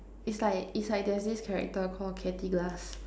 it's like it's like there's this character called Katy-Glass